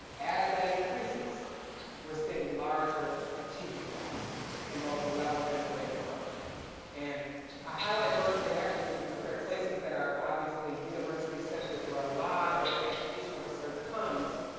as that increases we're seeing larger achievement gaps in both the level and the rate of growth and i highlight berkeley and evanston because they're places that are obviously university centers where a lot of the educational research comes